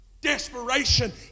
desperation